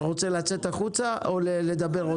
אתה רוצה לצאת החוצה או לדבר עוד מעט?